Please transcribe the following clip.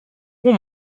war